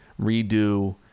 redo